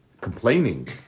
complaining